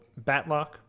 batlock